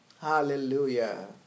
Hallelujah